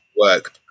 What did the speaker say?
work